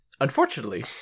Unfortunately